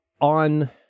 on